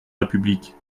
république